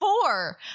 four